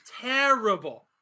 terrible